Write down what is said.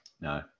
no